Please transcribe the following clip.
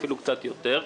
אפילו קצת יותר,